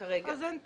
אז אין טעם.